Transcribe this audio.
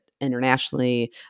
internationally